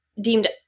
deemed